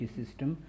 system